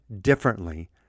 differently